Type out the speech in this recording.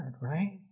right